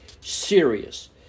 serious